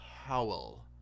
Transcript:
Howell